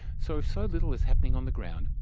so if so little is happening on the ground,